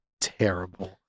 terrible